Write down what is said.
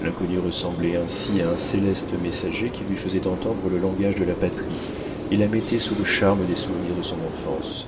l'inconnu ressemblait ainsi à un céleste messager qui lui faisait entendre le langage de la patrie et la mettait sous le charme des souvenirs de son enfance